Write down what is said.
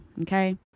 Okay